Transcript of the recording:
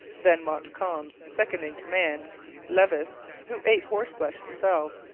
then montcalm's second-in-command, levis, who ate horse-flesh himself,